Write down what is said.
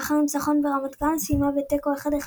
ולאחר ניצחון ברמת גן סיימה בתיקו 1 - 1